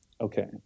okay